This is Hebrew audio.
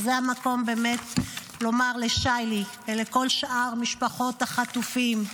וזה המקום באמת לומר ללישי ולכל שאר משפחות החטופים,